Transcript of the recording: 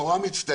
אני נורא מצטער.